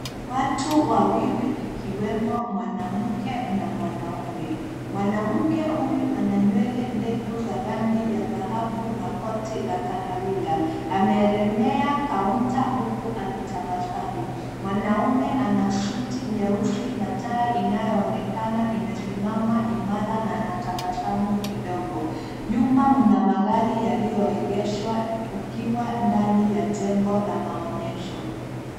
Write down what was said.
Watu wawili ikiwemo mwanamke na mwanaume. Mwanamke huyu ana nywele ndefu za rangi ya dhahabu na koti la kahawia. Ameelemea (cs) counter(cs) huku akitabasamu. Mwanaume ana suti nyeusi na tai inayoonekana imesimama imara na anatabasamu kidogo. Nyuma mna magari yaliyoegeshwa kukiwa ndani ya jengo la maonyesho.